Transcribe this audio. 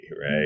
right